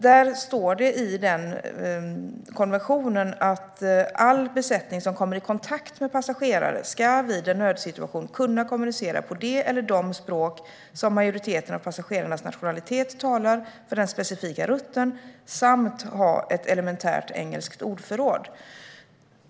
Det står i den konventionen att all besättning som kommer i kontakt med passagerare vid en nödsituation ska kunna kommunicera på det eller de språk som talas av en majoritet av de nationaliteter av passagerare som finns på den specifika rutten samt ha ett elementärt engelskt ordförråd.